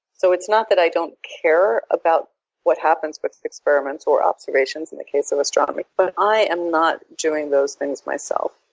so it's not that i don't care about what happens with experiments, or observations in the case of so astronomy, but i am not doing those things myself.